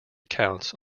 accounts